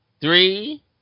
three